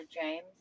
James